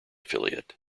affiliate